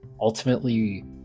ultimately